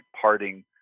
parting